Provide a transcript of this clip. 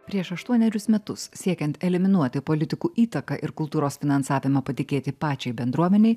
prieš aštuonerius metus siekiant eliminuoti politikų įtaką ir kultūros finansavimą patikėti pačiai bendruomenei